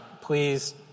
please